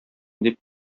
дип